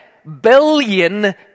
billion